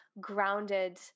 grounded